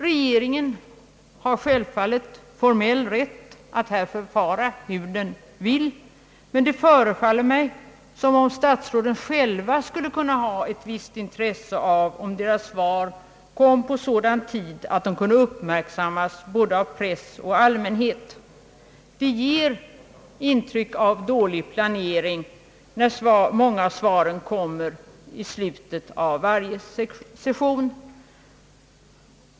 Regeringen har självfallet formell rätt att här förfara hur den vill, men det förefaller mig som om statsråden själva borde ha ett visst intresse av att deras svar kom på sådan tid att de kunde uppmärksammas både av press och allmänhet, Att många av svaren kommer i slutet av varje session ger ett intryck av dålig planering.